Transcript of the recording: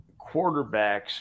quarterbacks